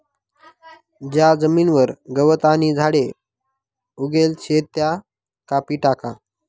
ज्या जमीनवर गवत आणि झाडे उगेल शेत त्या कापी टाका